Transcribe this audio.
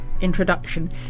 Introduction